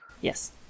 Yes